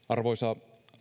arvoisa